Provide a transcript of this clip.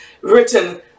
written